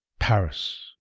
Paris